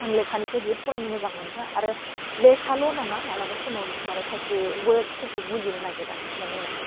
आं लेखानिफ्राय बुहुथ फरायनो मोजां मोनो लेखाल' नङा मालाबा समाव माने खायसे वर्डसफोरखौ बुजिनो नागिरा माने